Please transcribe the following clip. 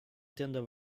tenda